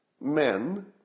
men